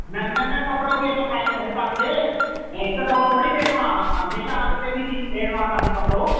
न न न कपिड़ो कीअं पकड़ाईंदासीं तव्हांखे ऐं हिकु दफ़ो थोरी ॾियणो आहे ह हमेशा अॻिते बि डि ॾियणो आहे तव्हांखे कपिड़ो